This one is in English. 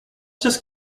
just